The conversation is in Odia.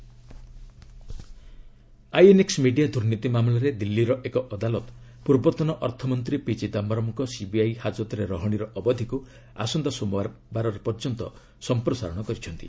କୋର୍ଟ ଚିଦାମ୍ଘରମ୍ ଆଇଏନ୍ଏକ୍ ମିଡ଼ିଆ ଦୁର୍ନୀତି ମାମଲାରେ ଦିଲ୍ଲୀର ଏକ ଅଦାଲତ ପୂର୍ବତନ ଅର୍ଥମନ୍ତ୍ରୀ ପି ଚିଦାୟରମ୍ଙ୍କ ସିବିଆଇ ହାଜତ୍ରେ ରହଣିର ଅବଧିକୁ ଆସନ୍ତା ସୋମବାର ପର୍ଯ୍ୟନ୍ତ ସମ୍ପ୍ରସାରଣ କରିଛନ୍ତି